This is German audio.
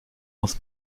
muss